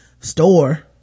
store